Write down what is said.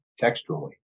textually